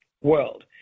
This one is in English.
world